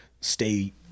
stay